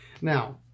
Now